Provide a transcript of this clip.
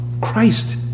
Christ